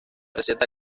receta